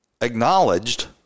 acknowledged